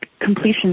completion